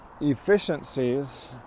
efficiencies